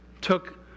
took